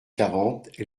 quarante